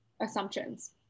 assumptions